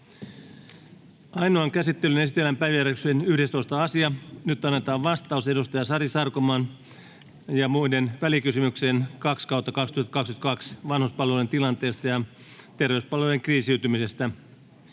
Ainoaan käsittelyyn esitellään päiväjärjestyksen 11. asia. Nyt annetaan vastaus Sari Sarkomaan ym. välikysymykseen VK 2/2022 vp vanhuspalveluiden tilanteesta ja terveyspalveluiden kriisiytymisestä.